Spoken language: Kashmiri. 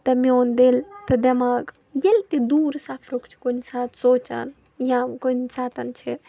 تہٕ میون دِل تہٕ دٮ۪ماغ ییٚلہِ تہِ دوٗر سفرُک چھُ کُنہِ ساتہٕ سونٛچان یا کُنہِ ساتن چھِ